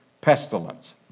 pestilence